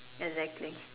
exactly